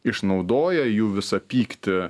išnaudoja jų visą pyktį